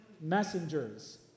messengers